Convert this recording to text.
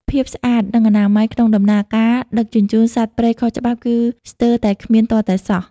ភាពស្អាត និងអនាម័យក្នុងដំណើរការដឹកជញ្ជូនសត្វព្រៃខុសច្បាប់គឺស្ទើរតែគ្មានទាល់តែសោះ។